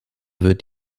wird